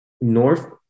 north